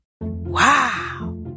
Wow